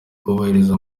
kubihagarika